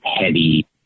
heavy